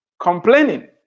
complaining